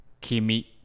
kimi